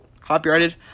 copyrighted